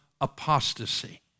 apostasy